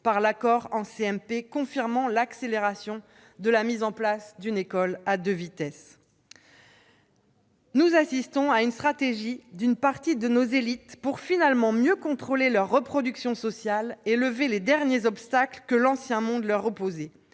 paritaire, confirmant l'accélération de la mise en place d'une école à deux vitesses. « Nous assistons à une stratégie d'une partie de nos élites pour finalement mieux contrôler leur reproduction sociale et lever les derniers obstacles que l'" ancien monde " leur opposait